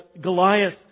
Goliath